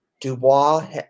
Dubois